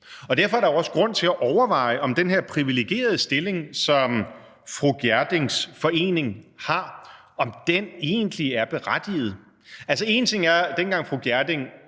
Derfor er der jo også grund til at overveje, om den her privilegerede stilling, som fru Maria Reumert Gjerdings forening har, egentlig er berettiget. Altså, én ting er, at dengang fru Maria